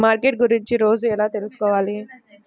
Market గురించి రోజు ఎలా తెలుసుకోవాలి?